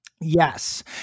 Yes